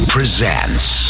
Presents